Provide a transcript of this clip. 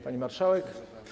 Pani Marszałek!